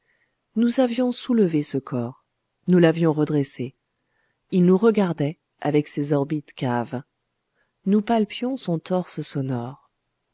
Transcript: nous avions soulevé ce corps nous l'avions redressé il nous regardait avec ses orbites caves nous palpions son torse sonore